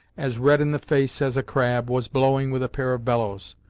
as red in the face as a crab, was blowing with a pair of bellows.